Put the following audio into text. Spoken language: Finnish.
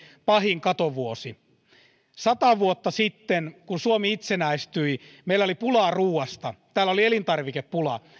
pahin katovuosi kolmekymmentä vuoteen sata vuotta sitten kun suomi itsenäistyi meillä oli pulaa ruuasta täällä oli elintarvikepula